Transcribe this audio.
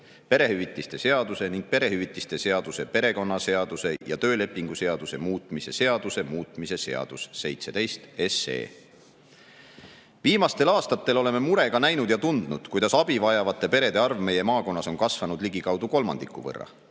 perehüvitiste seaduse ning perehüvitiste seaduse, perekonnaseaduse ja töölepingu seaduse muutmise seaduse muutmise seadus, 17 SE. Viimastel aastatel oleme murega näinud ja tundnud, kuidas abi vajavate perede arv meie maakonnas on kasvanud ligikaudu kolmandiku võrra.